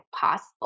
possible